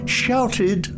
shouted